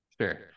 Sure